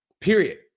period